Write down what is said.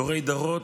דורי-דורות,